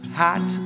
hot